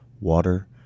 water